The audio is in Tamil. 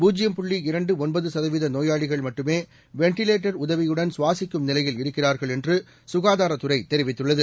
பூஜ்யம்புள்ளிஇரண்டு ஒன்பதுசதவீதநோயாளிகள்மட்டுமேவென்டிலேட்டர்உத வியுடன்சுவாசிக்கும்நிலையில்இருக்கிறார்கள்என்றுசுகா தாரத்துறைதெரிவித்துள்ளது